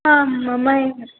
आम् मम